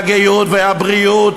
הגהות והבריאות,